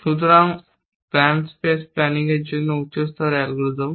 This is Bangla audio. সুতরাং প্ল্যান স্পেস প্ল্যানিংয়ের জন্য উচ্চ স্তরের অ্যালগরিদম